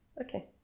okay